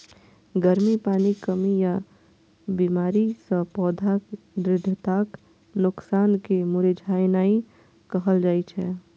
गर्मी, पानिक कमी या बीमारी सं पौधाक दृढ़ताक नोकसान कें मुरझेनाय कहल जाइ छै